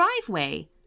driveway